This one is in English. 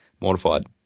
mortified